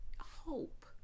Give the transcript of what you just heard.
Hope